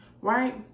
Right